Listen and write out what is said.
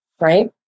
right